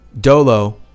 Dolo